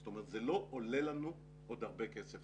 זאת אומרת זה לא עולה לנו עוד הרבה כסף,